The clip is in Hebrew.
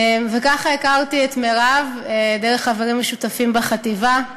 כך הכרתי את מירב, דרך חברים משותפים בחטיבה.